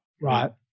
right